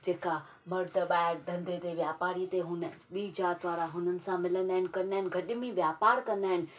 जेका मर्द ॿाहिरि धंधे ते वापारी ते हूंदा आहिनि ॿीं जात वारा हुननि सां मिलंदा आहिनि कंदा आहिनि गॾु में वापार कंदा आहिनि